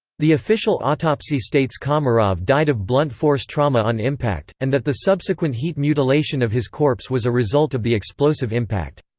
the official autopsy states komarov died of blunt force trauma on impact, and that the subsequent heat mutilation of his corpse was a result of the explosive impact.